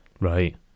right